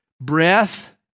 breath